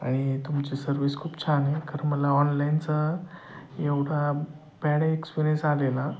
आणि तुमची सर्विस खूप छान आहे कारण मला ऑनलाईनचा एवढा बॅड एक्सपिरियन्स आलेला